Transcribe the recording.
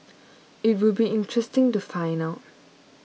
it would be interesting to find out